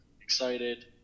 excited